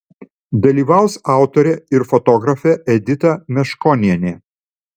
dalyvaus autorė ir fotografė edita meškonienė